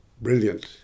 brilliant